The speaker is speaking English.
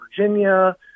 Virginia